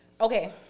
Okay